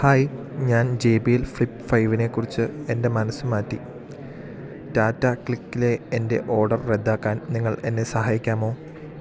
hi ഞാൻ J B L flip ഫൈവിനെ കുറിച്ചു എൻ്റെ മനസ്സ് ടാറ്റ ക്ലിക്കിലെ എൻ്റെ ഓർഡർ റദ്ദാക്കാൻ നിങ്ങൾ എന്നെ സഹായിക്കാമോ